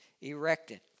erected